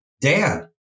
Dan